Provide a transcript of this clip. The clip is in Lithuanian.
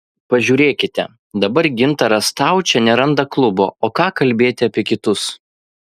pažiūrėkite dabar gintaras staučė neranda klubo o ką kalbėti apie kitus